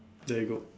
there you go